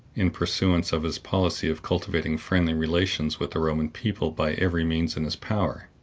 in pursuance of his policy of cultivating friendly relations with the roman people by every means in his power.